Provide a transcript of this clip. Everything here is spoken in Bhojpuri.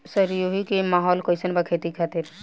सिरोही के माहौल कईसन बा खेती खातिर?